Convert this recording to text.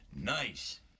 Nice